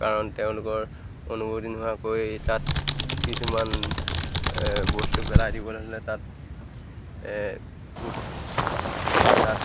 কাৰণ তেওঁলোকৰ অনুমতি নোহোৱাকৈ তাত কিছুমান বস্তু পেলাই দিবলৈ হ'লে তাত কিছু তাত